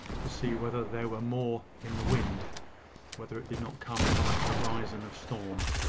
to see whether there were more in the wind whether it did not come from a horizon of storm.